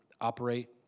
operate